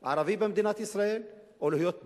ערבי במדינת ישראל או להיות בדואי.